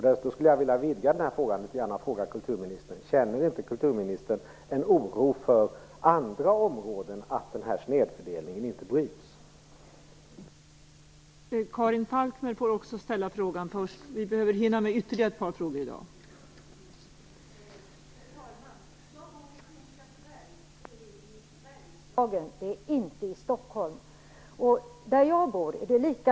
Jag skulle vilja vidga frågan litet grand och fråga kulturministern: Känner inte kulturministern en oro för att snedfördelningen inte bryts på andra områden?